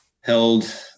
held